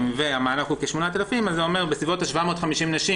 והמענק הוא כ-8,000 זה אומר שמדובר על כ-750 נשים.